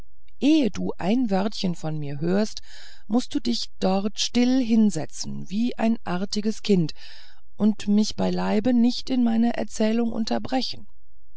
ehe du ein wörtchen von mir hörst mußt du dich dort still hinsetzen wie ein artiges kind und mich beileibe nicht in meiner erzählung unterbrechen